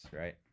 right